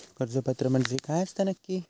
कर्ज पात्र म्हणजे काय असता नक्की?